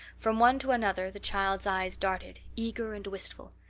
from one to another the child's eyes darted, eager and wistful.